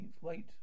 Wait